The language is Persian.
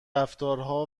رفتارها